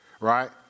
right